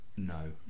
no